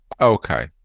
Okay